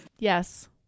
Yes